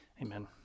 Amen